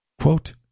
Quote